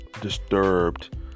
disturbed